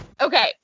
Okay